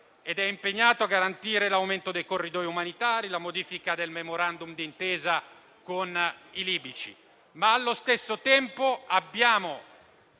ed è impegnato a garantire l'aumento dei corridoi umanitari, la modifica del Memorandum d'intesa con i libici. Ma allo stesso tempo ha